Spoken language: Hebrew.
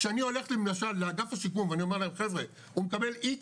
כשאני הולך לאגף השיקום ואני אומר להם חברה הוא מקבל איקס,